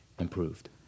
improved